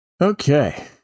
Okay